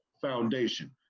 foundation